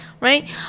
right